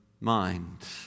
mind